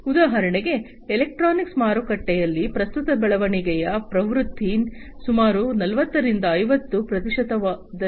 ಉದಾಹರಣೆಗೆ ಎಲೆಕ್ಟ್ರಾನಿಕ್ಸ್ ಮಾರುಕಟ್ಟೆಯಲ್ಲಿ ಪ್ರಸ್ತುತ ಬೆಳವಣಿಗೆಯ ಪ್ರವೃತ್ತಿ ಸುಮಾರು 40 ರಿಂದ 50 ಪ್ರತಿಶತದಷ್ಟಿದೆ